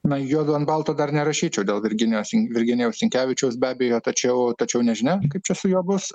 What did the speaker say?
na juodu ant balto dar nerašyčiau dėl virginijos virginijaus sinkevičiaus be abejo tačiau tačiau nežinia kaip čia su juo bus